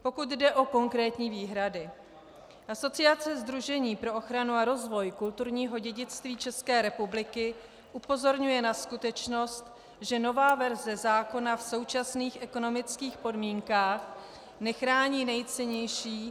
Pokud jde o konkrétní výhrady, Asociace sdružení pro ochranu a rozvoj kulturního dědictví České republiky upozorňuje na skutečnost, že nová verze zákona v současných ekonomických podmínkách nechrání nejcennější